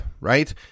right